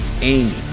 Amy